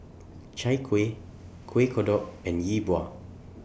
Chai Kuih Kuih Kodok and Yi Bua